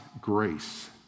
grace